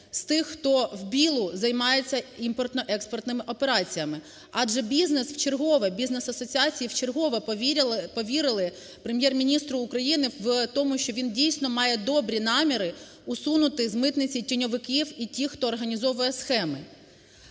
з тих, хтовбілу займається імпортно-експортними операціями. Адже бізнес вчергове, бізнес-асоціації вчергове повірили Прем’єр-міністру України в тому, що він дійсно має добрі наміри усунути з митниці тіньовиків і тих, хто організовує схеми.